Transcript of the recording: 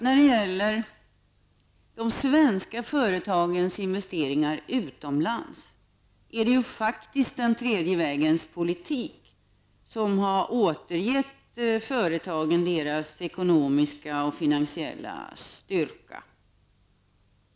När det gäller de svenska företagens investeringar utomlands är det faktiskt den tredje vägens politik som har återgett företagen deras ekonomiska och finansiella styrka.